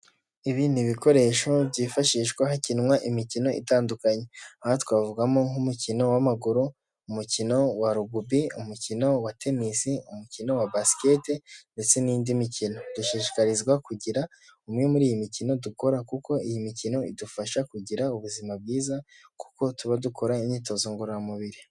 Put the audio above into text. Ibi ni ibikoresho byifashishwa hakinwa imikino itandukanye, aha twavugamo nk'umukino w'amaguru, umukino wa rugubi, umukino wa tenisi, umukino wa basikete ndetse n'indi mikino, dushishikarizwa kugira umwe muri iyi mikino dukora kuko iyi mikino idufasha kugira ubuzima bwiza kuko tuba dukora imyitozo ngororamubiri.